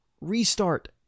restart